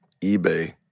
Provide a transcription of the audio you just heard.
eBay